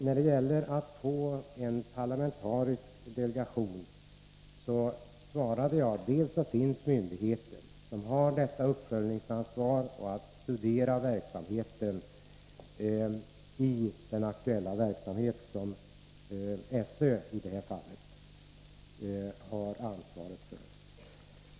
När det gäller att få en parlamentarisk delegation svarade jag att det finns en myndighet som har uppföljningsansvaret och som skall studera den aktuella verksamhet som SÖ har ansvaret för.